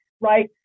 right